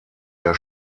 der